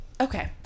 Okay